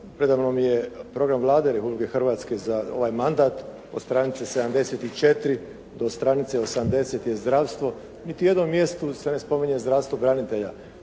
Predamnom je program Vlade Republike Hrvatske za ovaj mandat od stranice 74 do stranice 80 je zdravstvo, niti na jednom mjestu se ne spominje zdravstvo branitelja.